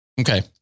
Okay